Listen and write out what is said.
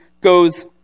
goes